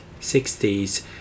60s